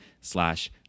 slash